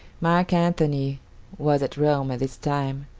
mark antony was at rome at this time.